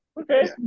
Okay